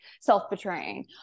self-betraying